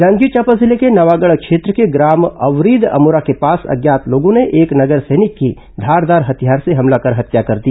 जांजगीर चांपा जिले के नवागढ़ क्षेत्र के ग्राम अवरीद अमोरा के पास अज्ञात लोगों ने एक नगर सैनिक की धारदार हथियार से हमला कर हत्या कर दी